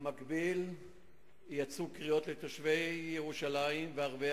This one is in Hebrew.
במקביל יצאו קריאות לתושבי ירושלים ולערביי